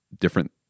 different